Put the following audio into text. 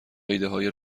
ایدههای